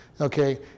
okay